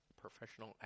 Professional